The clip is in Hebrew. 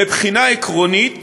מבחינה עקרונית